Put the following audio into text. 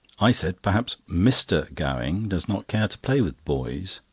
i said perhaps mister gowing does not care to play with boys.